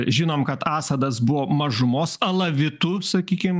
žinom kad asadas buvo mažumos alavitų sakykim